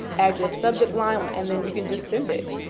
add your subject line, um and then you can just send it.